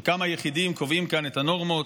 שכמה יחידים קובעים כאן את הנורמות.